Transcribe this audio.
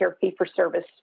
fee-for-service